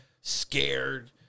scared